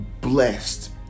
blessed